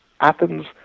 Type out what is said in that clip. Athens